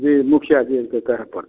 जी मुखिया जी कह कहे परतै